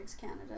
Canada